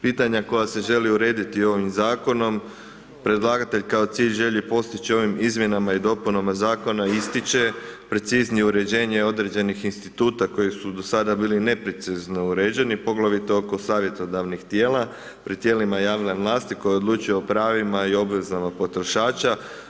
Pitanja koja se želi urediti ovim zakonom predlagatelj kao cilj želi postići ovim izmjenama i dopunama zakona ističe preciznije uređenje određenih instituta koji su do sada bili neprecizno uređeni, poglavito oko savjetodavnih tijela pred tijelima javne vlasti koja odlučuje o pravima i obvezama potrošača.